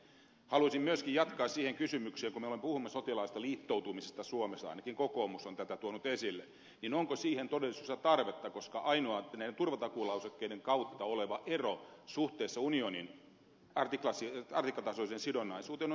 haluaisin myöskin jatkaa siihen kysymykseen että kun me puhumme sotilaallisesta liittoutumisesta suomessa ainakin kokoomus on tätä tuonut esille onko siihen todellisuudessa tarvetta koska ainoa turvatakuulausekkeiden kautta oleva ero suhteessa unionin artiklatasoiseen sidonnaisuuteen on se kapasiteettiero